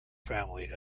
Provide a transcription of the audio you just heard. family